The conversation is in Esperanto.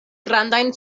grandajn